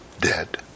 dead